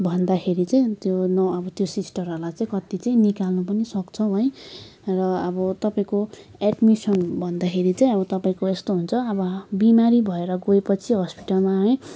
भन्दाखेरि चाहिँ त्यो न अब सिस्टरहरूलाई चाहिँ कति चाहिँ निकाल्नु पनि सक्छौँ है र अब तपाईँको एडमिसन भन्दाखेरि चाहिँ अब तपाईँको यस्तो हुन्छ अब बिमारी भएर गएपछि हस्पिटलमा है